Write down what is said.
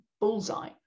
bullseye